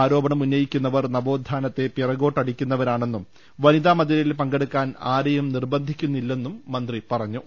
ആരോപണം ഉന്നയിക്കുന്നവർ നവോ ത്ഥാനത്തെ പിറകോട്ടടിക്കുന്നവരാണെന്നും വനിതാമതിലിൽ പങ്കെടു ക്കാൻ ആരെയും നിർബന്ധിക്കുന്നില്ലെന്നും മന്ത്രി പറഞ്ഞു